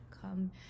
come